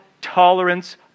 tolerance